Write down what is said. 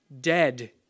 dead